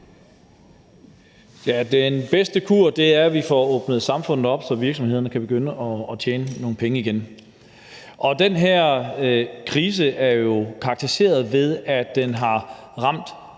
Den bedste kur er, at vi får åbnet samfundet op, så virksomhederne kan begynde at tjene nogle penge igen. Den her krise er jo karakteriseret ved, at den har ramt